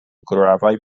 gravaj